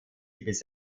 bis